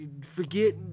forget